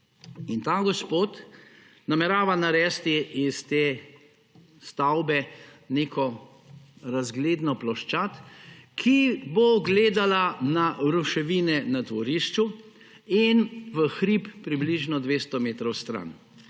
In ta gospod namerava narediti iz te stavbe neko razgledno ploščad, ki bo gledala na ruševine na dvorišču in v hrib približno 200 metrov stran.